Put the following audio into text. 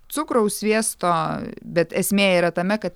cukraus sviesto bet esmė yra tame kad